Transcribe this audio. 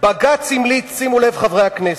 בג"ץ המליץ, שימו לב, חברי הכנסת,